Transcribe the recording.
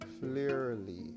clearly